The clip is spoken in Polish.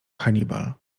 hannibal